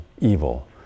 evil